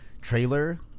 trailer